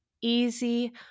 easy